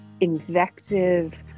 invective